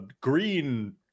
green